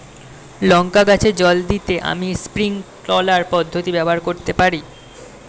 লঙ্কা গাছে জল দিতে আমি স্প্রিংকলার পদ্ধতি ব্যবহার করতে পারি?